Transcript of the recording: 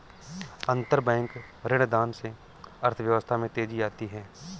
अंतरबैंक ऋणदान से अर्थव्यवस्था में तेजी आती है